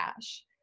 cash